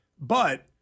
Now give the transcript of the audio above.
but-